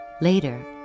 Later